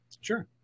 Sure